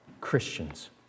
Christians